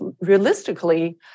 realistically